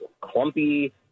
clumpy